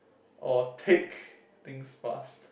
or take things fast